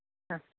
ആ